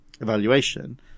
evaluation